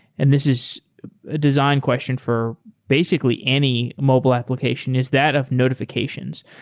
and this is a design question for basically any mobile application is that of notifications.